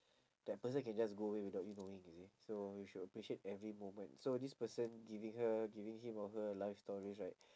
that person can just go away without you knowing you see so you should appreciate every moment so this person giving her giving him or her life stories right